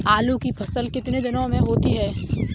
आलू की फसल कितने दिनों में होती है?